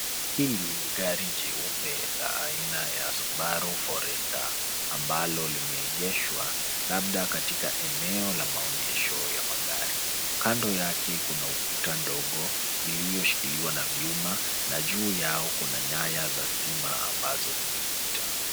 Hili ni gari jeupe la aina ya Subaru Forester ambalo limeegeshwa labda katika eneo la maonyesho ya magari. Kando yake kuna ukuta ndogo iliyoshikiliwa na vyuma na juu yao kuna nyaya za stima ambazo zimepita.